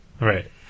Right